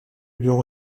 bureau